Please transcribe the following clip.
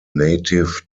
native